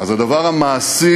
אז הדבר המעשי,